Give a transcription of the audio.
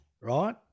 right